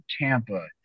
Tampa